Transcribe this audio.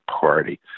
Party